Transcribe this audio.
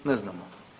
Ne znamo.